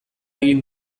egin